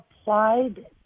applied